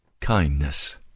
kindness